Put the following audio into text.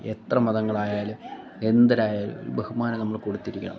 എത്ര മതങ്ങളായാലും എന്തരായാലും ഒരു ബഹുമാനം നമ്മൾ കൊടുത്തിരിക്കണം